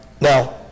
Now